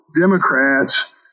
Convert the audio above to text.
Democrats